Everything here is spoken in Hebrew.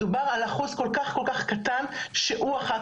מדובר על אחוז כל כך קטן שהוא אחת